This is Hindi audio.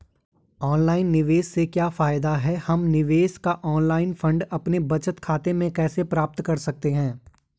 ऑनलाइन निवेश से क्या फायदा है हम निवेश का ऑनलाइन फंड अपने बचत खाते में कैसे प्राप्त कर सकते हैं?